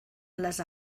les